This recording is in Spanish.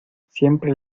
siempre